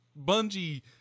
Bungie